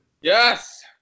Yes